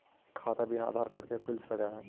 खाता बिना आधार कार्ड के खुल सक है?